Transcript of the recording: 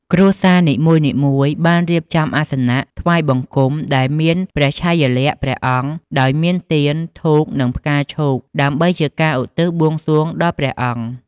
គ្រួសារនីមួយៗបានរៀបចំអាសនៈថ្វាយបង្គំដែលមានព្រះឆាយាល័ក្ខណ៍ព្រះអង្គ ដោយមានទៀន ធូប និងផ្កាឈូក ដើម្បីជាការឧទ្ទិសបួងសួងដល់ព្រះអង្គ។